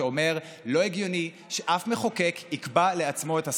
שאומר: לא הגיוני שאף מחוקק יקבע לעצמו את השכר.